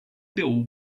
bill